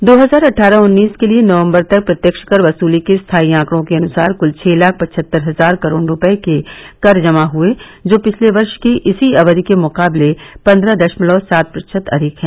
दो हजार अट्ठारह उन्नीस के लिए नवंबर तक प्रत्यक्ष कर वसूली के स्थायी आंकड़ों के अनुसार कुल छह लाख पचहत्तर हजार करोड़ रुपये के कर जमा हुए जो पिछले वर्ष की इसी अवधि के मुकाबले पन्द्रह दशमलव सात प्रतिशत अधिक है